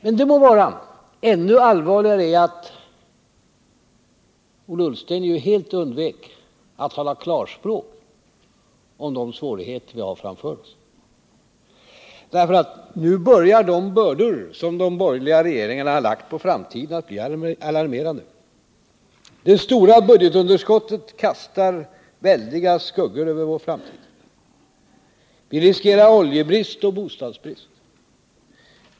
Men det må vara. Ännu allvarligare är att Ola Ullsten helt undvek att tala klarspråk om de svårigheter som vi har framför oss. Nu börjar de bördor som de borgerliga regeringarna lagt på framtiden att bli alarmerande. Det stora budgetunderskottet kastar väldiga skuggor över vår framtid. Vi riskerar oljebrist och bostadsbrist.